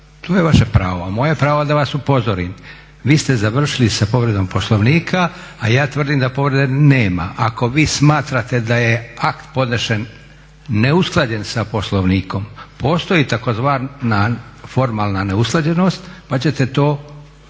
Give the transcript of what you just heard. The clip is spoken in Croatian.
To je vaše pravo, a moje je pravo da vas upozorim. Vi ste završili sa povredom Poslovnika, a ja tvrdim da povrede nema. Ako vi smatrate da je akt podnesen neusklađen sa Poslovnikom postoji tzv. formalna neusklađenost pa ćete to